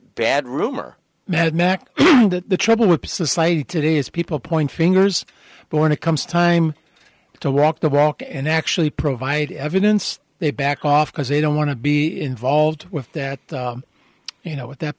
rumor the trouble with society today is people point fingers but when it comes time to walk the walk and actually provide evidence they back off because they don't want to be involved with that you know with that